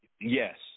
yes